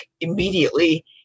immediately